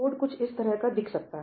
code कुछ इस तरह का दिख सकता है